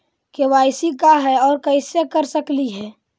KYC का है, और कैसे कर सकली हे?